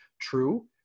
True